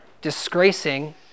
disgracing